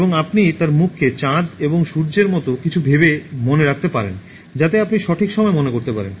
এবং আপনি তার মুখকে চাঁদ এবং সূর্যের মতো কিছু ভেবে মনে রাখতে পারেন যাতে আপনি সঠিক সময়ে মনে করতে পারেন